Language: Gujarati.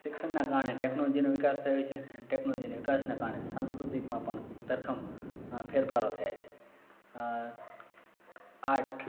શિક્ષણનાં કારણે ટેકનોલોજીનો વિકાસ થયો છે અને ટેકનોલોજીના વિકાસના કારણે સાંસ્કૃતિકમાં પણ ધરખમ ફેરફારો થયા છે અં આર્ટ